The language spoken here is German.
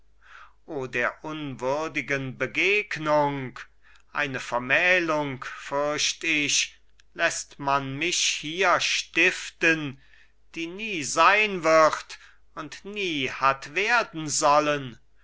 o der unwürdigen begegnung eine vermählung fürcht ich läßt man mich hier stiften die nie sein wird und nie hat werden sollen